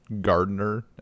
gardener